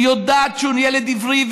שהיא יודעת שהוא ילד עברי,